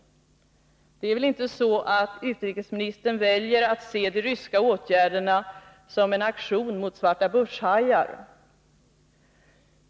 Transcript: Det är väl inte så att utrikesministern väljer att se de ryska åtgärderna som en aktion mot svartabörshajar?